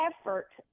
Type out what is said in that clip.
effort